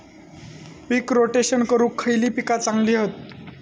पीक rotation करूक खयली पीका चांगली हत?